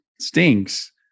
stinks